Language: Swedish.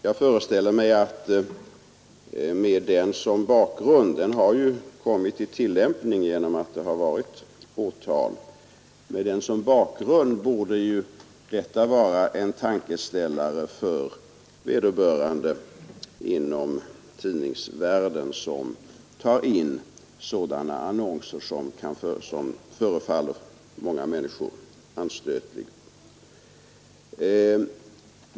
Jag föreställer mig att denna lagstiftning — den har ju kommit i tillämpning genom att det väckts åtal — bör vara en tankeställare för vederbörande inom tidningsvärlden, som tar in sådana annonser som förefaller många människor anstötliga.